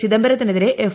ചിദംബരത്തിനെതിരെ F